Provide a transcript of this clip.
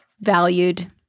valued